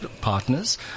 partners